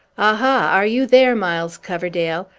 aha! are you there, miles coverdale?